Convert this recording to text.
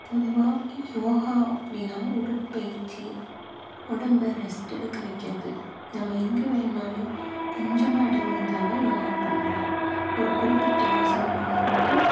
பொதுவாக யோகா அப்படின்னா உடற்பயிற்சி உடம்ப ரெஸ்ட் எடுக்க வைக்கிறது நம்ம எங்கே வேணுணாலும் கொஞ்சமாக இடம் இருந்தாவே யோகா பண்ணலாம் ஒரு குறிப்பிட்ட ஆசனம் பண்ணும்போது